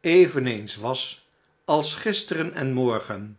eveneens was als gisteren en morgen